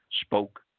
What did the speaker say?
spoke